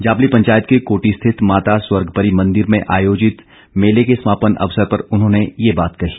जाबली पंचायत के कोटी स्थित माता स्वर्ग परी मंदिर में आयोजित मेले के समापन अवसर पर उन्होंने ये बात कही